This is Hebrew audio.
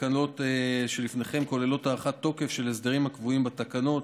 התקנות שלפניכם כוללות הארכת תוקף של הסדרים הקבועים בתקנות,